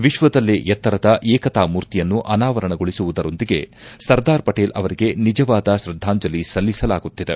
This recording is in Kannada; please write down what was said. ವಿಶ್ವದಲ್ಲೇ ಎತ್ತರದ ಏಕತಾ ಮೂರ್ತಿಯನ್ನು ಅನಾವರಣಗೊಳಿಸುವುದರೊಂದಿಗೆ ಸರ್ದಾರ್ ಪಟೇಲ್ ಅವರಿಗೆ ನಿಜವಾದ ಶ್ರದ್ದಾಂಜಲಿ ಸಲ್ಲಿಸಲಾಗುತ್ತಿದೆ